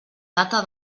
data